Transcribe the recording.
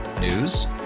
News